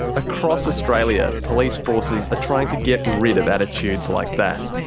across australia, police forces are trying to get rid of attitudes like that.